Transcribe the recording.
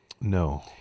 No